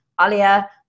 Alia